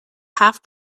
half